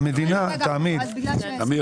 סעיף